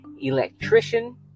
electrician